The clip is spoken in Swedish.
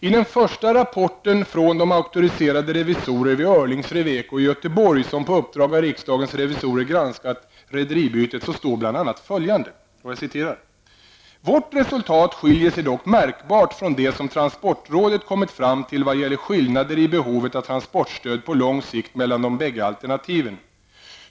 I den första rapporten från de auktoriserade revisorer vid Öhrlings Reveko i Göteborg, som på uppdrag av riksdagens revisorer granskat rederibytet, står bl.a. ''Vårt resultat skiljer sig dock märkbart från det som transportrådet kommit fram till vad gäller skillnader i behovet av transportstöd på lång sikt mellan de bägge alternativen.